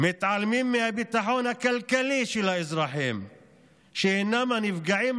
מתעלמים מהביטחון הכלכלי של האזרחים שהם הנפגעים